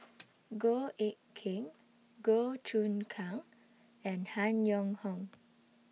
Goh Eck Kheng Goh Choon Kang and Han Yong Hong